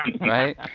right